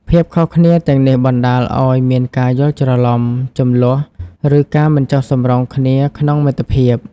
ភាពខុសគ្នាទាំងនេះអាចបណ្ដាលឱ្យមានការយល់ច្រឡំ ជម្លោះ ឬការមិនចុះសម្រុងគ្នាក្នុងមិត្តភាព ។